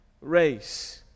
race